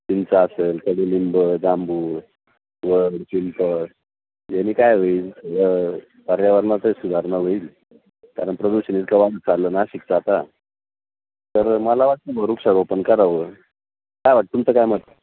चिंचा असेल कडूलिंबं जांभूळ वड चिंच यांनी काय होईल द पर्यावरणात सुधारणा होईल कारण प्रदूषण चाललं नाशिकचं आता तर मला वाटते वृक्षारोपण करावं काय वाटत तुमचं काय मत